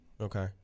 Okay